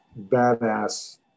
badass